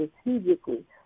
strategically